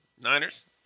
Niners